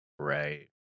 Right